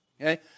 Okay